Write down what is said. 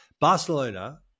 Barcelona